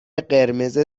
قرمز